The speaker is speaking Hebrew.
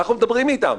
אנחנו מדברים איתם.